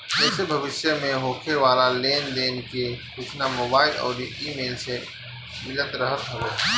एसे भविष्य में होखे वाला लेन देन के सूचना मोबाईल अउरी इमेल से मिलत रहत हवे